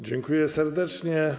Dziękuję serdecznie.